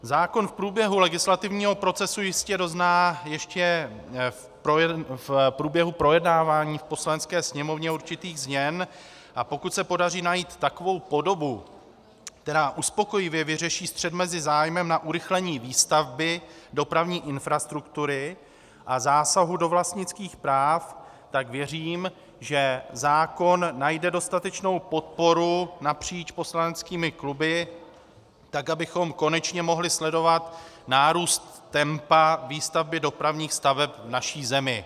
Zákon v průběhu legislativního procesu jistě dozná ještě v průběhu projednávání v Poslanecké sněmovně určitých změn, a pokud se podaří najít takovou podobu, která uspokojivě vyřeší střet mezi zájmem na urychlení výstavby dopravní infrastruktury a zásahem do vlastnických práv, tak věřím, že zákon najde dostatečnou podporu napříč poslaneckými kluby tak, abychom konečně mohli sledovat nárůst tempa výstavby dopravních staveb v naší zemi.